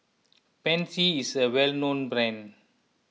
Pansy is a well known brand